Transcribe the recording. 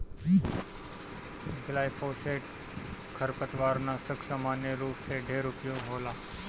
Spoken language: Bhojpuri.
ग्लाइफोसेट खरपतवारनाशक सामान्य रूप से ढेर उपयोग होला